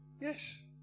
Yes